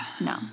No